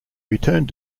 returned